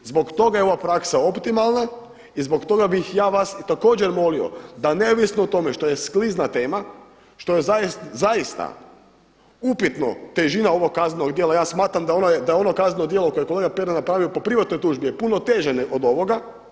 Zbog toga je ova praksa optimalna i zbog toga bih ja vas i također molio da neovisno o tome što je sklizna tema, što je zaista upitno težina ovog kaznenog djela, ja smatram da ono kazneno djelo koje je kolega Pernar napravio po privatnoj tužbi je puno teže od ovoga.